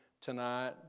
tonight